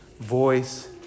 voice